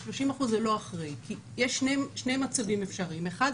ה-30% זה לא אחרי כי יש שני מצבים אפשריים: אחד,